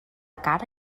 cara